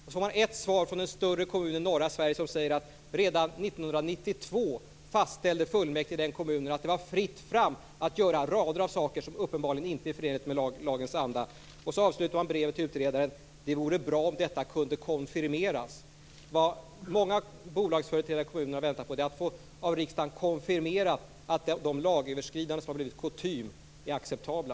I ett svar från en större kommun i norra Sverige sägs att kommunfullmäktige där redan 1992 fastställde att det var fritt fram att göra rader av saker som uppenbarligen inte är förenliga med lagens anda. Brevet till utredaren avslutades: Det vore bra om detta kunde konfirmeras. Många bolagsföreträdare i kommunerna väntar på att riksdagen skall konfirmera att de lagöverskridanden som blivit kutym är acceptabla.